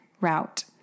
route